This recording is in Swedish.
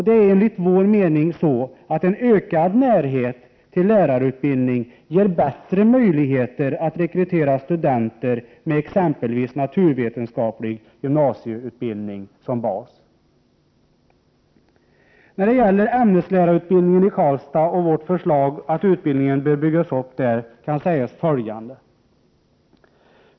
Det är enligt vår mening så att en ökad närhet till lärarutbildning ger bättre möjligheter att rekrytera studenter med exempelvis naturvetenskaplig gymnasieutbildning som bas. När det gäller ämneslärarutbildning i Karlstad och vårt förslag att sådan utbildning bör anordnas där kan sägas följande.